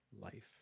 life